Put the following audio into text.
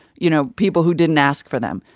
you know, people who didn't ask for them.